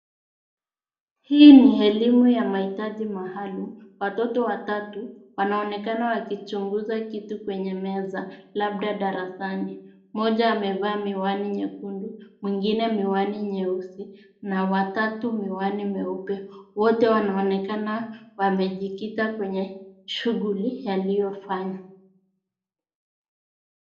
Hii ni elimu ya mahitaji maalimu, watoto watatu wanaonekana wakichunguza kitu kwenye meza labda darasani. mmoja amevaa miwanui nyekundu mwingine miwani nyeusi na wa tatu miwani mweupe. wanaonekana wamejikita kwenye shughuli waliofanya.